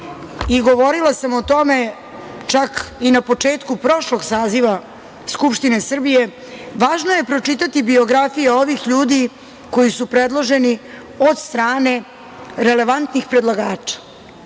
i govorila sam o tome čak i na početku prošlog saziva Skupštine Srbije, važno je pročitati biografije ovih ljudi koji su predloženi od strane relevantnih predlagača